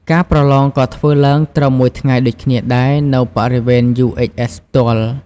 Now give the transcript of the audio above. ការប្រឡងក៏ធ្វើឡើងត្រឹម មួយថ្ងៃ ដូចគ្នាដែរ នៅ បរិវេណ UHS ផ្ទាល់ ។